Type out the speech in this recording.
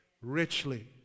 Richly